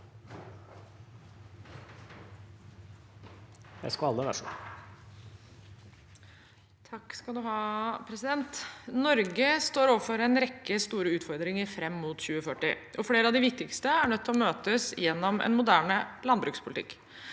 Norge står overfor en rekke store utfordringer fram mot 2040, og flere av de viktigste er nødt til å møtes gjennom en moderne landbrukspolitikk.